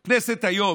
חברי הכנסת, נציין היום